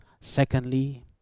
Secondly